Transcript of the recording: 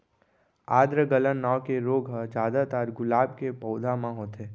आद्र गलन नांव के रोग ह जादातर गुलाब के पउधा म होथे